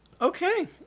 Okay